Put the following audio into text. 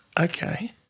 Okay